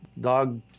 dog